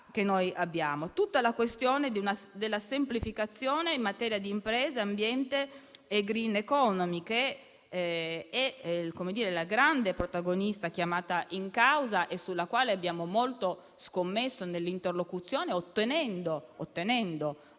tutta la questione della semplificazione in materia di impresa, ambiente e *green economy*, che è la grande protagonista chiamata in causa e sulla quale abbiamo molto scommesso nell'interlocuzione, ottenendo dall'Europa